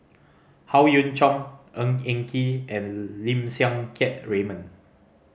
Howe Yoon Chong Ng Eng Kee and Lim Siang Keat Raymond